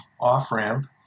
off-ramp